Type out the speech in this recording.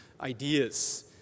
ideas